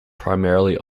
primarily